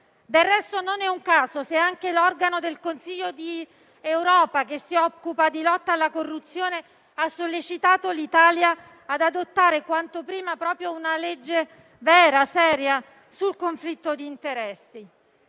Del resto, non è un caso se anche l'organo del Consiglio d'Europa che si occupa di lotta alla corruzione ha sollecitato l'Italia ad adottare quanto prima proprio una legge vera e seria sul conflitto di interessi.